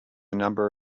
number